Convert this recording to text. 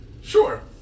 Sure